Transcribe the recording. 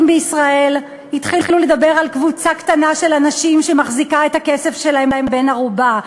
בישראל התחילו לדבר על קבוצה קטנה של אנשים שמחזיקה את הכסף שלהם בן-ערובה,